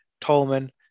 Tolman